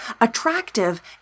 attractive